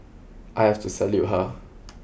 I have to salute her